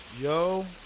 Yo